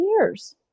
years